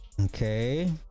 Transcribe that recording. Okay